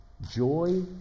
joy